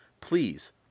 Please